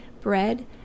bread